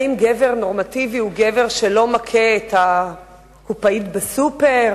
האם גבר נורמטיבי הוא גבר שלא מכה את הקופאית בסופר,